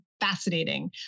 fascinating